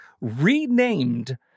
renamed